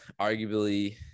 arguably